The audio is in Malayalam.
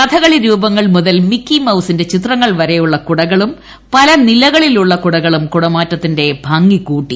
കഥകളി രൂപങ്ങൾ മുതൽ മിക്കിമൌസിന്റെ ചിത്രങ്ങൾ വരെയുള്ള കൂടകളും പല നിലകളുള്ള കുടകളും കുടമാറ്റത്തിന്റെ ഭംഗി കൂട്ടി